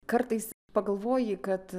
kartais pagalvoji kad